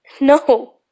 no